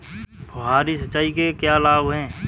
फुहारी सिंचाई के क्या लाभ हैं?